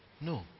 No